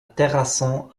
terrasson